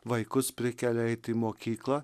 vaikus prikelia eit į mokyklą